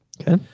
Okay